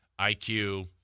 IQ